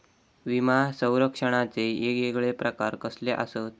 विमा सौरक्षणाचे येगयेगळे प्रकार कसले आसत?